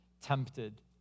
tempted